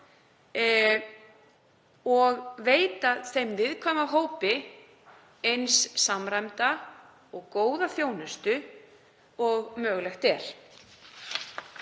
og veita þeim viðkvæma hópi eins samræmda og góða þjónustu og mögulegt er.